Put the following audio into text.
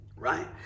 right